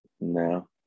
No